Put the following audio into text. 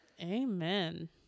amen